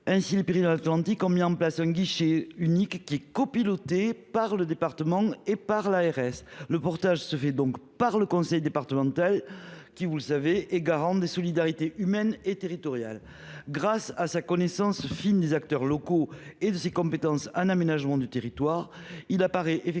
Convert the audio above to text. Présence médicale 64. Il s’agit d’un guichet unique copiloté par le département et l’ARS. Le portage se fait donc par le conseil départemental, qui, vous le savez, est garant des solidarités humaines et territoriales. Grâce à sa connaissance fine des acteurs locaux et à ses compétences en aménagement du territoire, il apparaît comme